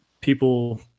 people